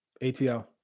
ATL